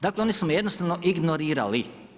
Dakle, oni su me jednostavno ignorirali.